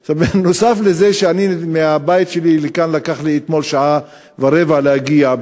נוסף על זה שמהבית שלי לכאן לקח לי שעה ורבע להגיע,